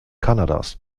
kanadas